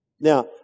Now